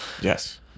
Yes